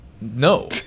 No